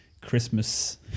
Christmas